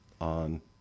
on